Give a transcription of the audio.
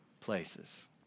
places